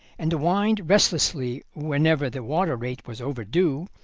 and whined restlessly whenever the water-rate was overdue,